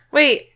Wait